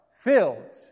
filled